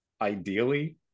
ideally